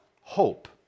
hope